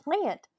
plant